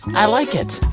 i like it